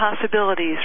possibilities